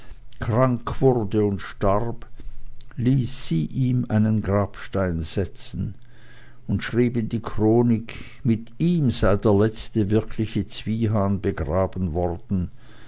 krank wurde und starb ließ sie ihm einen grabstein setzen und schrieb in die chronik mit ihm sei der letzte wirkliche zwiehan begraben worden